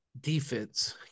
defense